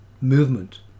movement